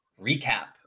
recap